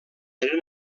era